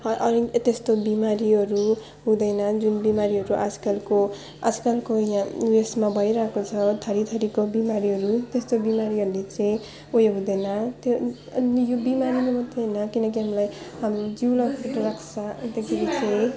त्यस्तो बिमारीहरू हुँदैन जुन बिमारीहरू आजकलको आजकलको उएसमा भइरहेको छ थरी थरीको बिमारीहरू त्यस्तो बिमारीहरूले चाहिँ उयो हुँदैन त्यो नि बिमारीले मात्रै होइन किनकि हामीलाई हाम्रो जिउलाई फिट राख्छ अन्तखेरि चाहिँ